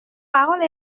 parole